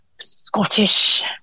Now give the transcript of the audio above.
Scottish